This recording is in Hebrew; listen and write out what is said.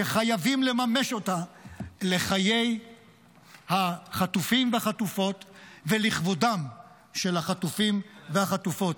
שחייבים לממש אותה לחיי החטופים והחטופות ולכבודם של החטופים והחטופות.